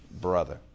brother